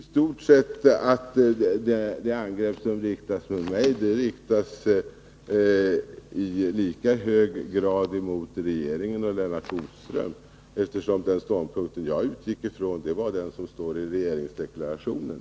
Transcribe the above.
Fru talman! Detta betyder i stort sett att det angrepp som riktades mot mig ilika hög grad riktar sig mot regeringen och Lennart Bodström, eftersom den ståndpunkt jag utgick ifrån är den som återfinns i regeringsdeklarationen.